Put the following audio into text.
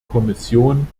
kommission